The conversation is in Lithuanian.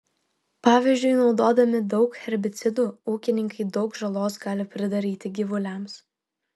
pavyzdžiui naudodami daug herbicidų ūkininkai daug žalos gali pridaryti gyvuliams